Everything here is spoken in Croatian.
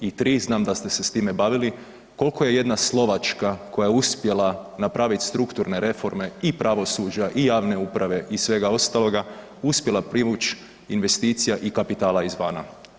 I 3. znam da ste se s time bavili, kolko je jedna Slovačka koja je uspjela napravit strukturne reforme i pravosuđa i javne uprave i svega ostaloga, uspjela privuć investicija i kapitala izvana?